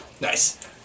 Nice